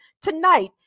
tonight